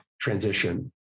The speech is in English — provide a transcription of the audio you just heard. transition